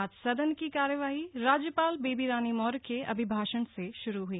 आज सदन की कार्यवाही राज्यपाल बेबी रानी मौर्य के अभिभाषण से शुरू हई